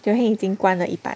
就已经关了一半